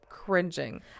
cringing